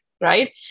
right